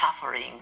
suffering